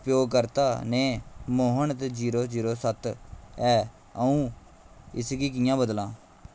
उपयोगकर्ता न Mohan zero zero सत्त ऐ अ'ऊं इसगी कि'यां बदलां